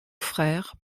frère